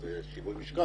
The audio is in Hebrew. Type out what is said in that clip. זה שיווי משקל.